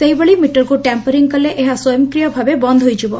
ସେହିଭଳି ମିଟରକୁ ଟ୍ୟାମ୍ପରିଂ କଲେ ଏହା ସ୍ୱୟକ୍ରିୟ ଭାବେ ବନ୍ଦ ହୋଇଯିବ